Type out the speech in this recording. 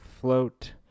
float